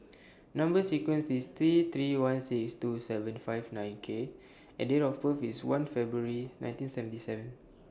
Number sequence IS T three one six two seven five nine K and Date of birth IS one February nineteen seventy seven